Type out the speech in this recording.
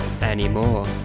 anymore